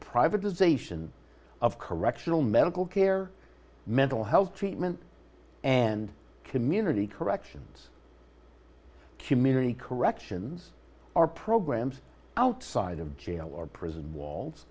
privatization of correctional medical care mental health treatment and community corrections community corrections are programs outside of jail or prison walls